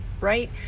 right